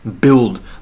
build